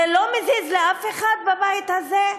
זה לא מזיז לאף אחד בבית הזה?